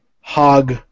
Hog